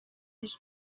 his